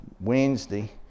Wednesday